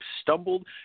stumbled